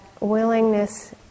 willingness